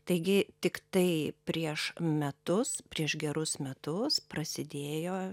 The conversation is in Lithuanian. taigi tiktai prieš metus prieš gerus metus prasidėjo